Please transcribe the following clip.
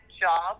job